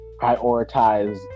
prioritize